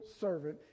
servant